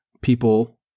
people